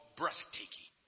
breathtaking